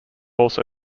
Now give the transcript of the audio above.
also